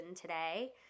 today